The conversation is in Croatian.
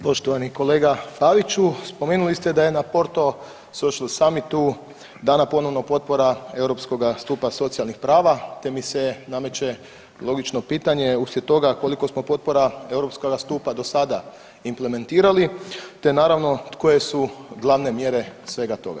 Poštovani kolega Paviću, spomenuli ste da je na Porto Social Summitu dana ponovno potpora europskoga stupa socijalnih prava, te mi se nameće logično pitanje uslijed toga koliko smo potpora europskoga stupa do sada implementirali, te naravno koje su glavne mjere svega toga.